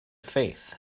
faith